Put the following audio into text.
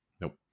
nope